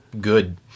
good